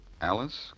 Alice